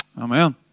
Amen